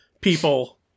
people